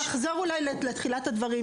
נחזור אולי לתחילת הדברים,